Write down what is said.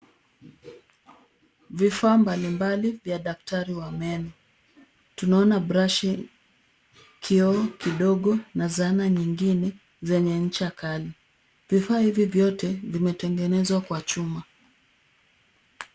Vifaa mbalimbali vya daktari wa meno. Tunaona brashi, kioo kidogo na zana zingine zenye ncha kali. Vifaa hivi vyote vimetengenezwa kwa chuma.